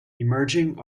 emerging